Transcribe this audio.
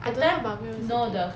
I don't know about great world city